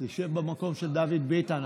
אתה יושב במקום של דוד ביטן.